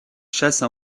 chasse